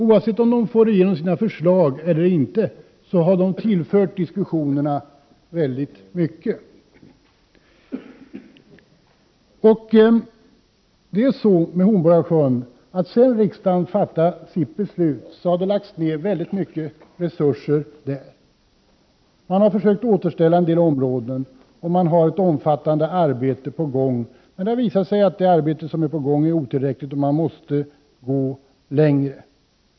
Oavsett om de får igenom sina förslag eller inte har de tillfört diskussionerna mycket. Efter det att riksdagen fattat sitt beslut, har det lagts ned mycket resurser på Hornborgasjön. Man har försökt att återställa en del områden. Det pågår ett omfattande arbete, men detta har visat sig vara otillräckligt, och därför måste man gå längre.